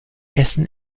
essen